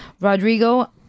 Rodrigo